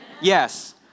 Yes